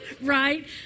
right